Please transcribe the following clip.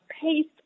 paste